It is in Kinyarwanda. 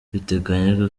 biteganyijwe